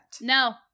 No